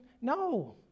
No